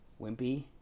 Wimpy